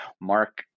mark